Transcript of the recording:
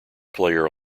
player